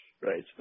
Right